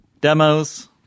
Demos